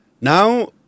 now